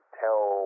tell